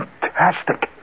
Fantastic